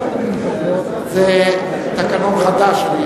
זה תקנון חדש.